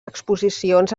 exposicions